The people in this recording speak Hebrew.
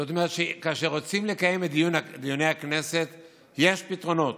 זאת אומרת שכאשר רוצים לקיים את דיוני הכנסת יש פתרונות.